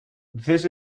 this